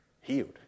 Healed